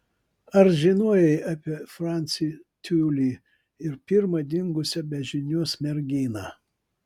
ar žinojai apie francį tiulį ir pirmą dingusią be žinios merginą